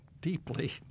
deeply